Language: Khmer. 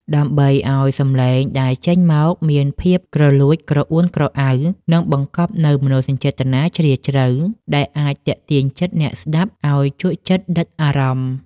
ដើម្បីឱ្យសម្លេងដែលចេញមកមានភាពគ្រលួច ក្រអួនក្រអៅ និងបង្កប់នូវមនោសញ្ចេតនាជ្រាលជ្រៅ ដែលអាចទាក់ទាញចិត្តអ្នកស្តាប់ឱ្យជក់ចិត្តដិតអារម្មណ៍។